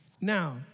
Now